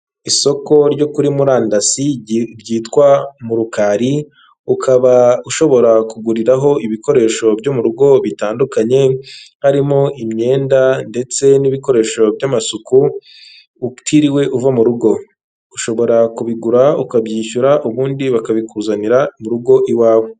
Isoko ryo kuri murandasi ryitwa murukari, ukaba ushobora kuguriraho ibikoresho byo mu rugo bitandukanye, harimo imyenda ndetse n'ibikoresho by'amasuku utiriwe uva mu rugo. Ushobora kubigura ukabyishyura, ubundi bakabikuzanira mu rugo i wawe.